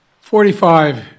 Forty-five